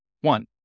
One